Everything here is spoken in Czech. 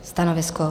Stanovisko?